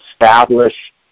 establish